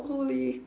holy